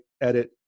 edit